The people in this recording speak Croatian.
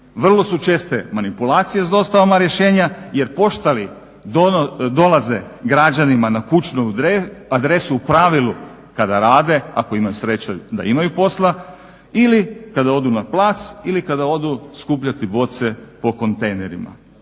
Vrlo su česte manipulacije s dostavama rješenja jer poštari dolaze građanima na kućnu adresu u pravilu kada rade, ako imaju sreće da imaju posla ili kada odu na plac ili kada odu skupljati boce po kontejnerima.